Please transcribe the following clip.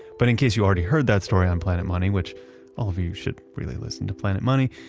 but in case you already heard that story on planet money which all of you should really listen to planet money,